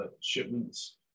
shipments